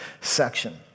section